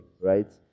right